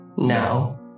Now